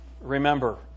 remember